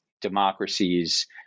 democracies